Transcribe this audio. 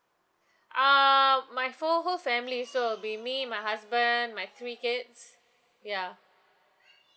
err my full whole family so it'll be me my husband my three kids ya